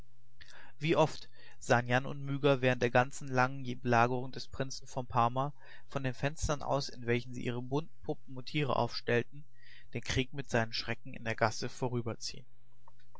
wie oft sahen jan und myga während der ganzen langen belagerung des prinzen von parma von den fenstern aus in welchen sie ihre bunten puppen und tiere aufstellten den krieg mit seinen schrecken in der gasse